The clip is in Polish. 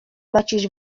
maciuś